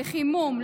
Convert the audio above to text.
לחימום,